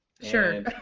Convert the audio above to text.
Sure